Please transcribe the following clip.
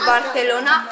Barcelona